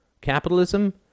capitalism